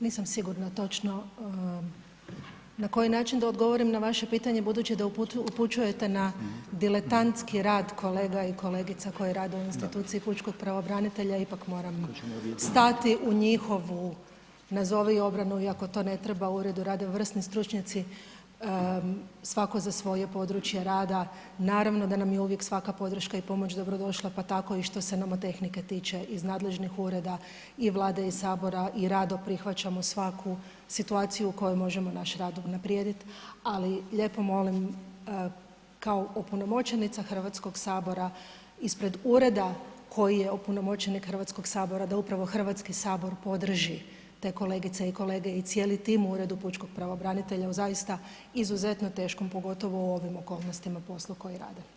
Nisam sigurna točno na koji način da odgovorim na vaše pitanje budući da upućujete na diletantski rad kolega i kolegica koje rade u instituciji pučkog pravobranitelja, ipak moram stati u njihovu nazovi obranu, iako to ne treba, u uredu rade vrsni stručnjaci svako za svoje područje rada, naravno da nam je uvijek svaka podrška i pomoć dobrodošla pa tako i što se nomotehnike tiče iz nadležnih ureda i Vlade i Sabora i rado prihvaćamo svaku situaciju u kojoj možemo našim radom unaprijediti, ali lijepo molim, kao opunomoćenica Hrvatskog sabora, ispred ured koji je opunomoćenik Hrvatskog sabora, da upravo Hrvatski sabor podrži te kolegice i kolege i cijeli tim u Uredu pučkog pravobranitelja, evo zaista izuzetno teškom, pogotovo u ovim okolnostima i poslu koji rade.